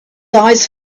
eyes